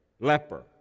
leper